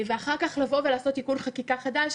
ואחר כך לבוא ולעשות תיקון חקיקה חדש,